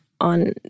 on